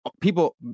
people